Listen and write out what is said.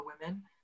women